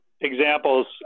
examples